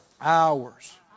Hours